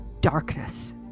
darkness